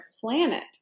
planet